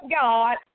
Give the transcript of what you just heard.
God